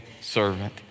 servant